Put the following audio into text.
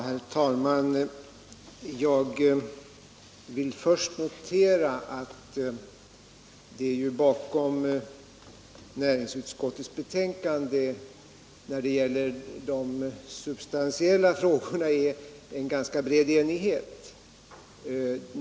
Herr talman! Jag vill först notera att det när det gäller de substantiella frågorna i näringsutskottets betänkande råder en ganska bred enighet.